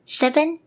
seven